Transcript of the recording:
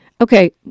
Okay